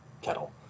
kettle